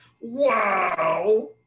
wow